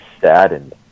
saddened